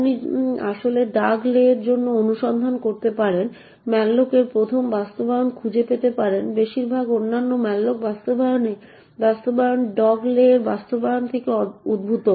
আপনি আসলে Doug Lea এর জন্য অনুসন্ধান করতে পারেন এবং malloc এর 1ম বাস্তবায়ন খুঁজে পেতে পারেন বেশিরভাগ অন্যান্য malloc বাস্তবায়ন ডগ লে এর বাস্তবায়ন থেকে উদ্ভূত